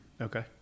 Okay